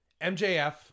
MJF